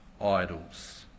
idols